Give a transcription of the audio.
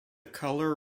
color